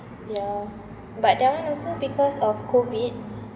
ya but that [one] also because of COVID